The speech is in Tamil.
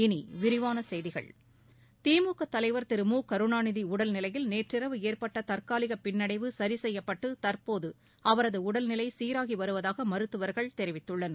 இனிவிரிவானசெய்திகள் திமுகதலைவர் திரு மு கருணாநிதிஉடல்நிலையில் நேற்றிரவு ஏற்பட்டதற்காலிகபின்னடைவு சரிசெய்யப்பட்டுதற்போதுஅவரதுஉடல்நிலைசீராகிவருவதாகமருத்துவர்கள் தெரிவித்துள்ளனர்